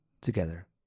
together